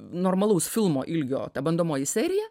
normalaus filmo ilgio ta bandomoji serija